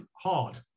hard